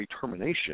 termination